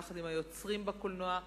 יחד עם היוצרים בקולנוע,